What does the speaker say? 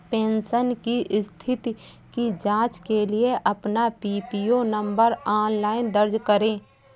pension की स्थिति की जांच के लिए अपना पीपीओ नंबर ऑनलाइन दर्ज करें